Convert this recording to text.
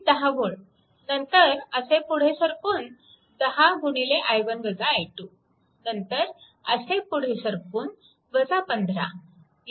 10 V नंतर असे पुढे सरकून 10 नंतर असे पुढे सरकून 15 येथे